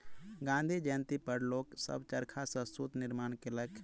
गाँधी जयंती पर लोक सभ चरखा सॅ सूत निर्माण केलक